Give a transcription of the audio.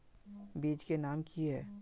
बीज के नाम की हिये?